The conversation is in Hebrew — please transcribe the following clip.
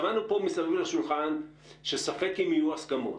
שמענו פה מסביב לשולחן שספק אם יהיו הסכמות,